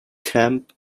camp